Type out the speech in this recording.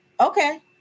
Okay